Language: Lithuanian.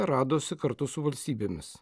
radosi kartu su valstybėmis